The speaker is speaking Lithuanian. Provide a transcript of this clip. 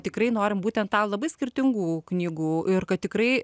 tikrai norim būtent tą labai skirtingų knygų ir kad tikrai